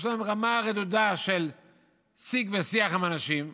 יש להם רמה רדודה של שיג ושיח עם אנשים,